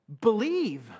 Believe